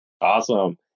Awesome